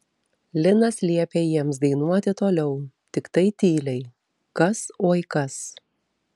linas liepė jiems dainuoti toliau tiktai tyliai kas oi kas